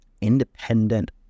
independent